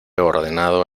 ordenado